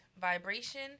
vibration